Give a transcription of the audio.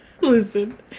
Listen